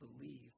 believe